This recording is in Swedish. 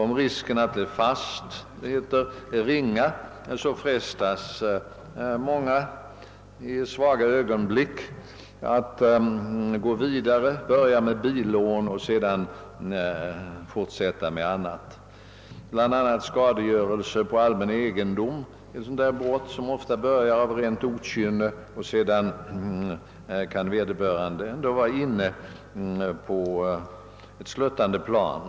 Om risken att »bli fast», som det heter, är ringa, frestas många i svaga ögonblick att gå vidare, börja med billån och sedan fortsätta med annat. Skadegörelse på allmän egendom är ett sådant där brott som ofta börjar av rent okynne, och sedan kan vederbörande vara ute på ett sluttande plan.